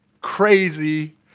crazy